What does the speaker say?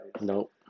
Nope